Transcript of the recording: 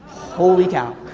holly cow!